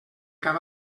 cap